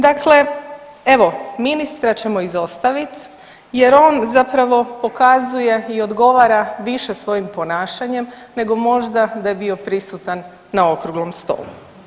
Dakle, evo ministra ćemo izostavit jer on zapravo pokazuje i odgovara više svojim ponašanjem nego možda da je bio prisutan na okruglom stolu.